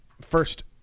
first